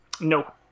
No